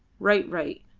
right. right,